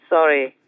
Sorry